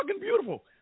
beautiful